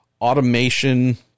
automation